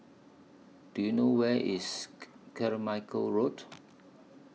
Do YOU know Where IS Carmichael Road